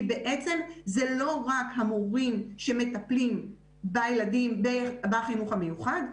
כי בעצם זה לא רק המורים שמטפלים בילדים בחינוך המיוחד,